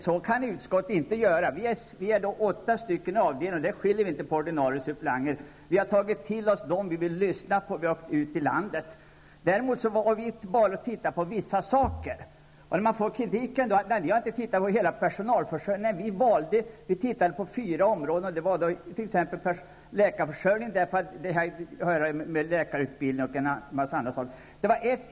Så kan utskott inte göra. Vi är åtta ledamöter, och vi skiljer inte på ordinarie och suppleanter. Vi har kallat till oss dem vi velat lyssna på, och vi har åkt ut i landet. Däremot har vi bara tittat på vissa saker. Då får vi kritiken att vi inte har tittat på hela personalförsörjningen. Nej, vi valde att titta på fyra områden. Det var t.ex. läkarförsörjningen, eftersom den har att göra med läkarutbildningen och en mängd andra saker.